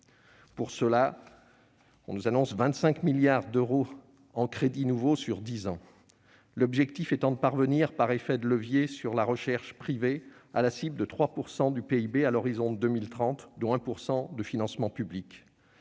Pour cela, on nous annonce 25 milliards d'euros de crédits nouveaux sur dix ans, l'objectif étant de parvenir, par effet de levier sur la recherche privée, à la cible de 3 % du PIB à l'horizon 2030, dont 1 % de financement public.